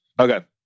Okay